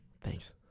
Thanks